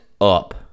up